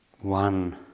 one